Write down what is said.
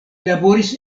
laboris